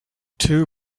two